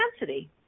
intensity